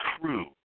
crew